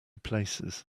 places